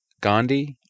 Gandhi